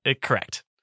Correct